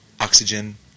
oxygen